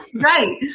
Right